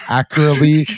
accurately